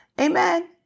Amen